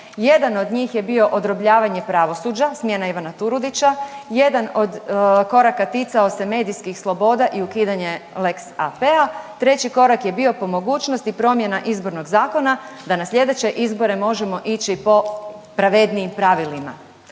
Jedan od njih je bio odrobljavanje pravosuđa, smjena Ivana Turudića. Jedan od koraka ticao se medijskih sloboda i ukidanje lex AP-a. Treći korak je bio po mogućnosti promjena izbornog zakona, da na slijedeće izbore možemo ići po pravednijim pravilima.